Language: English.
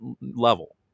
level